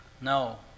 No